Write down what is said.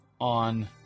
on